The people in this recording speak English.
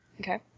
Okay